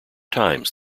times